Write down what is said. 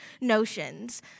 notions